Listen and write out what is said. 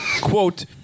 quote